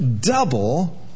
double